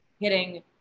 hitting